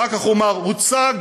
אחר כך הוא אמר: הוצג,